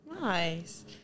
Nice